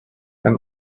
and